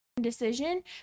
decision